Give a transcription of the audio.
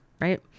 right